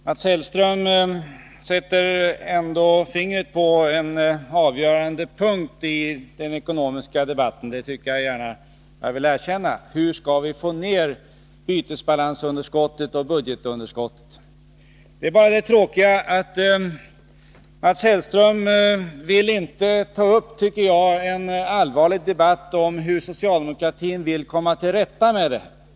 Herr talman! Mats Hellström sätter ändå fingret på en avgörande punkt i den ekonomiska debatten — det vill jag gärna erkänna —, nämligen frågan: Hur skall vi få ned bytesbalansunderskottet och budgetunderskottet? Det tråkiga är bara att Mats Hellström inte vill ta upp en allvarlig debatt om hur socialdemokratin vill komma till rätta med det här.